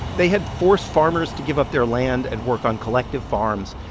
they had forced farmers to give up their land and work on collective farms.